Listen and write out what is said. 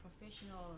professional